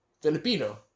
filipino